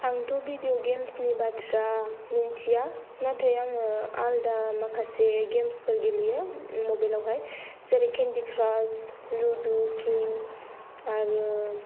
आंथ' बिदिअ गेमसनि बाथ्रा मोनथिया नाथाय आङो आलदा माखासे गेमसफोर गेलेयो मबेलाव हाय जेरै केनदि क्रास लुद' किं आरो